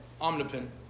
Omnipotent